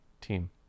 team